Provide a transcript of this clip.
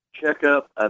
Checkup